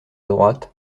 droite